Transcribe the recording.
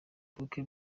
bukwe